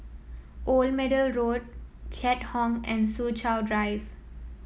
Old Middle Road Keat Hong and Soo Chow Drive